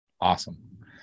Awesome